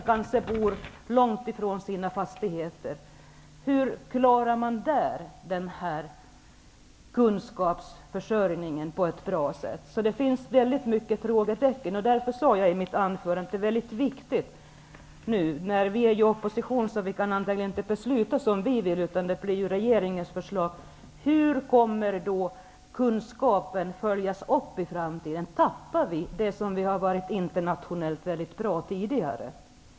De kanske bor långt ifrån dessa fastigheter. Hur klarar man kunskapförsörjningen bland dem på ett bra sätt? Det finns många frågetecken, och därför sade jag i mitt anförande att någonting som är mycket viktigt, när vi nu är i opposition och inte kan besluta som vi vill utan regeringens förslag går igenom, är detta: Hur kommer kunskapen att följas upp i framtiden? Tappar vi det som vi internationellt sett har varit mycket bra på tidigare?